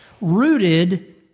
Rooted